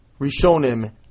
Rishonim